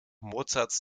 mozarts